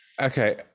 Okay